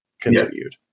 continued